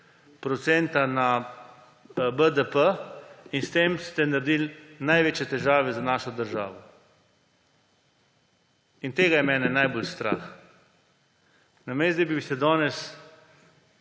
na BDP in s tem ste naredili največje težave za našo državo. Tega je mene najbolj strah. Namesto da bi se danes